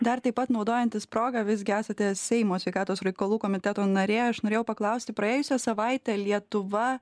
dar taip pat naudojantis proga visgi esate seimo sveikatos reikalų komiteto narė aš norėjau paklausti praėjusią savaitę lietuva